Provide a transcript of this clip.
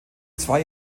zwei